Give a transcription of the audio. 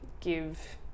give